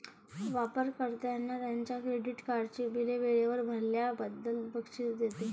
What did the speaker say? वापर कर्त्यांना त्यांच्या क्रेडिट कार्डची बिले वेळेवर भरल्याबद्दल बक्षीस देते